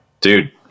dude